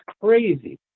crazy